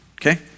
Okay